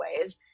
ways